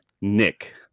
Nick